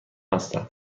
هستم